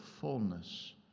fullness